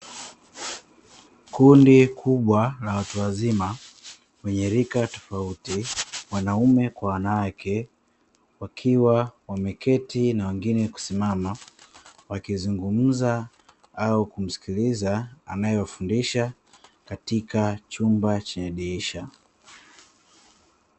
Kundi kubwa la watu wazima wenye rika tofauti wanaume kwa wanawake wakiwa wameketi na wengine kusimama, wakizungumza au kumsikiliza anaewafundisha katika chumba chenye dirisha.